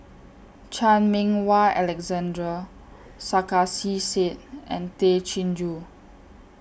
Chan Meng Wah Alexander Sarkasi Said and Tay Chin Joo